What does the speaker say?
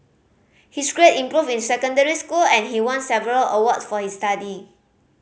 his grade improved in secondary school and he won several awards for his study